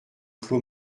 clos